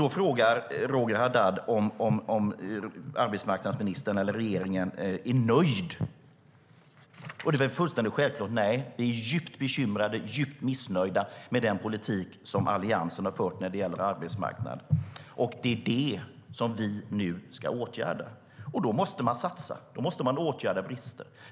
Då frågar Roger Haddad om arbetsmarknadsministern och regeringen är nöjda. Det är väl fullständigt självklart att de inte är nöjda utan djupt bekymrade och djupt missnöjda med den politik som Alliansen har fört när det gäller arbetsmarknad. Det är det som vi nu ska åtgärda, och då måste man satsa. Då måste man åtgärda brister.